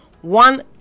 one